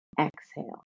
exhale